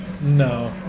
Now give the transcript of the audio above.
No